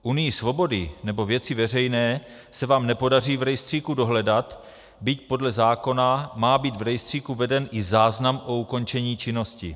Unii svobody nebo Věci veřejné se vám nepodaří v rejstříku dohledat, byť podle zákona má být v rejstříku veden i záznam o ukončení činnosti.